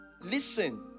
listen